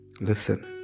Listen